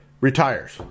retires